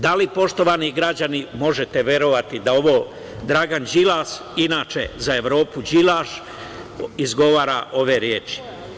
Da li, poštovani građani, možete verovati da ovo Dragan Đilas inače za Evropu Đilaš izgovara ove reči?